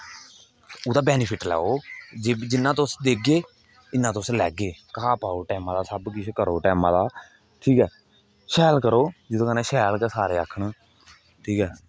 ओह्दा बेनीफिट लैओ जिन्ना तुस देगे इन्ना तुस लैगे घा पाओ टेंमे दा सब किश करो टेमें दा ठीक ऐ शैल करो जेहदे कन्नै शैल गै सारे आक्खन ठीक ऐ